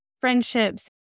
friendships